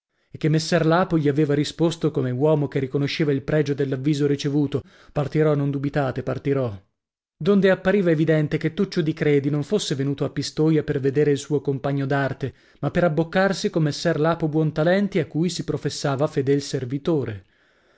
che messer lapo gli aveva risposto come uomo che riconosceva il pregio dell'avviso ricevuto partirò non dubitate partirò donde appariva evidente che tuccio di credi non fosse venuto a pistoia per vedere il suo compagno d'arte ma per abboccarsi con messer lapo buontalenti a cui si professava fedel servitore